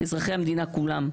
אזרחי המדינה כולם.